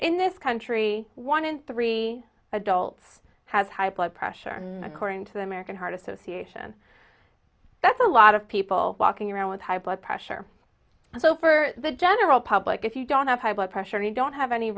in this country one in three adults has high blood pressure according to the american heart association that's a lot of people walking around with high blood pressure so for the general public if you don't have high blood pressure you don't have any